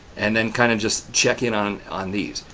and then, kind of just check in on on these.